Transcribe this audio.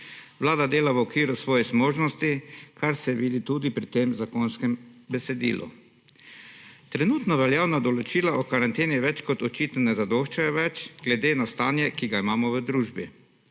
Vlada dela v okviru svojih zmožnosti, kar se vidi tudi pri tem zakonskem besedilu. Trenutno veljavna določila o karanteni več kot očitno ne zadoščajo več glede na stanje, ki ga imamo v družbi.